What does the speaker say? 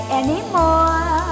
anymore